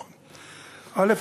א.